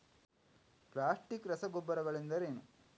Plastic ರಸಗೊಬ್ಬರಗಳೆಂದರೇನು?